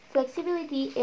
Flexibility